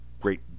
great